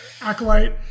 acolyte